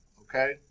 Okay